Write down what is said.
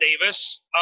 Davis